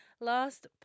Last